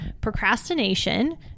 Procrastination